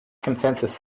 consensus